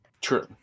True